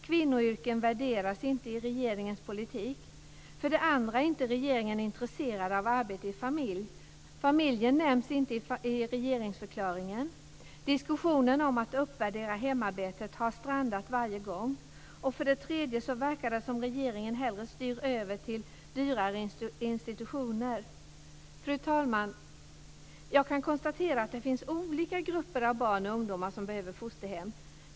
Kvinnoyrken värderas inte i regeringens politik. För det andra är inte regeringen intresserad av arbete i familj. Familjen nämns inte i regeringsförklaringen. Diskussionen om att uppvärdera hemarbetet har strandat varje gång. För det tredje verkar det som om regeringen hellre styr över till dyrare institutioner. Fru talman! Jag kan konstatera att det finns olika grupper av barn och ungdomar som behöver fosterhem.